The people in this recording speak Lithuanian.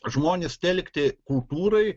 žmones telkti kultūrai